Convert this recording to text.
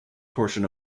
portion